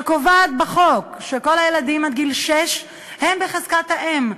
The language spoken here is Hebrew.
שקובעת בחוק שכל הילדים עד גיל שש הם בחזקת האם.